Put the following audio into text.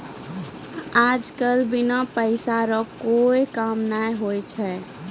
आज कल बिना पैसा रो कोनो काम नै हुवै छै